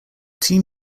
team